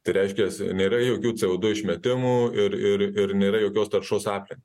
tai reiškias nėra jokių co du išmetimų ir ir ir nėra jokios taršos aplinkai